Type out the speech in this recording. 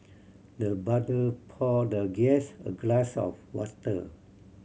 the butter poured the guest a glass of water